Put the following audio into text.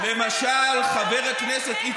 למשל חברת הכנסת שלי יחימוביץ.